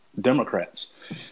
Democrats